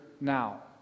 now